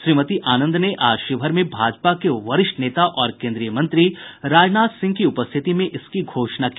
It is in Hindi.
श्रीमती आनंद ने आज शिवहर में भाजपा के वरिष्ठ नेता और केन्द्रीय मंत्री राजनाथ सिंह की उपस्थिति में इसकी घोषणा की